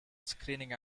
screening